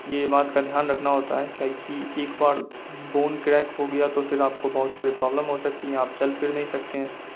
یہ بات کا دھیان رکھنا ہوتا ہے کیاہے کہ ایک بار بون کریاک ہو گیا تو پھر آپ کو بہت ساری پرابلم ہو سکتی ہیں آپ چل پھر نہیں سکتے ہیں